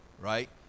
right